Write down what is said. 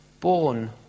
born